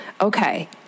Okay